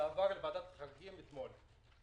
זה עבר בוועדת החריגים אתמול,